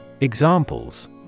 Examples